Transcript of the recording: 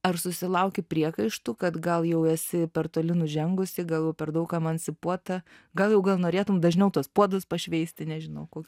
ar susilauki priekaištų kad gal jau esi per toli nužengusi gal per daug emancipuota gal jau gal norėtum dažniau tuos puodus pašveisti nežinau